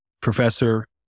professor